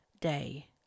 day